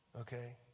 Okay